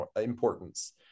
importance